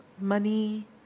money